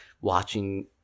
watching